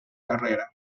carrera